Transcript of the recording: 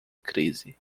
crise